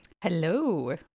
Hello